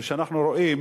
ואנחנו רואים